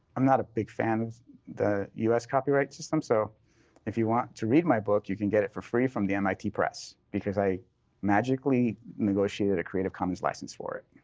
i'm not a big fan of the us copyright system. so if you want to read my book, you can get it for free from the mit press. because i magically negotiated a creative commons license for it.